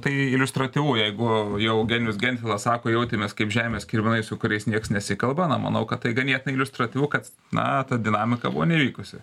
tai iliustratyvu jeigu jau eugenijus gentvilas sako jautėmės kaip žemės kirminai su kuriais nieks nesikalba na manau kad tai ganėtinai iliustratyvu kad na ta dinamika buvo nevykusi